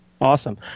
Awesome